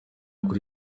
kuri